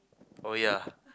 oh yeah